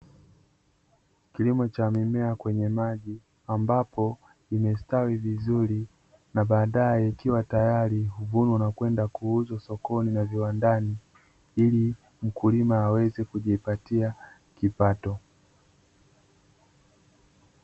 Kilimo cha mimea kwenye maji, ambapo imestawi vizuri na baadaye ikiwa tayari huvunwa na kwenda kuuzwa sokoni na viwandani ili mkulima aweze kujipatia kipato.